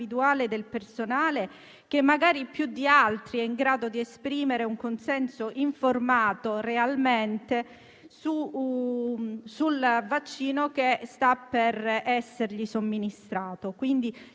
del personale, il quale magari più di altri è in grado di esprimere un consenso informato realmente sul vaccino che sta per essergli somministrato.